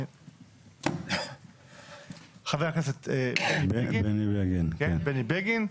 חבר הכנסת בני בגין,